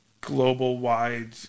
global-wide